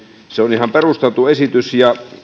ihan perusteltu esitys